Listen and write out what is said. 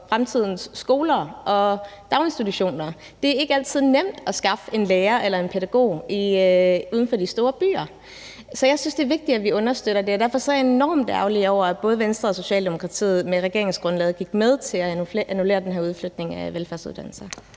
fremtidens skoler og daginstitutioner. Det er ikke altid nemt at skaffe en lærer eller en pædagog uden for de store byer. Så jeg synes, at det er vigtigt, at vi understøtter det, og derfor er jeg enormt ærgerlig over, at både Venstre og Socialdemokratiet med regeringsgrundlaget gik med til at annullere den her udflytning af velfærdsuddannelser.